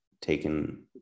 taken